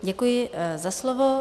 Děkuji za slovo.